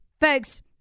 Folks